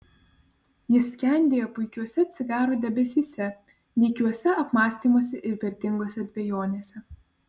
jis skendėjo puikiuose cigaro debesyse nykiuose apmąstymuose ir vertingose dvejonėse